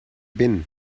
been